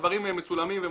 הדברים מצולמים ומוקלטים.